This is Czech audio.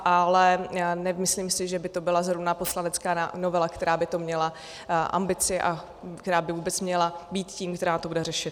Ale nemyslím si, že by to byla zrovna poslanecká novela, která by měla ambici a která by vůbec měla být tím, která to bude řešit.